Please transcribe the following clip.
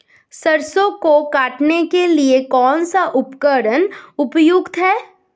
सरसों को काटने के लिये कौन सा उपकरण उपयुक्त है?